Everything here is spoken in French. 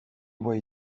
lois